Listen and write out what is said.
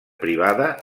privada